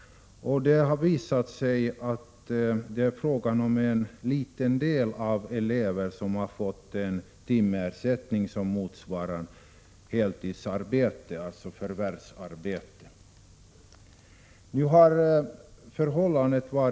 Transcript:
Det har visat sig att bara en liten andel elever har fått timersättning som motsvarar ersättning vid förvärvsarbete på heltid.